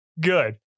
good